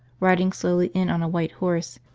riding slowly in on a white horse,